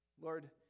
Lord